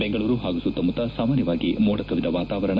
ಬೆಂಗಳೂರು ಹಾಗೂ ಸುತ್ತಮುತ್ತ ಸಾಮಾನ್ಯವಾಗಿ ಮೋಡಕವಿದ ವಾತಾವರಣ